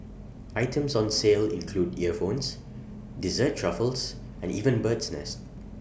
items on sale include earphones dessert truffles and even bird's nest